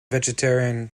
vegetarian